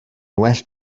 well